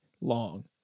long